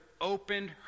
opened